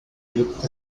club